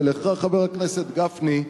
ולך, חבר הכנסת גפני,